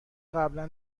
قبلا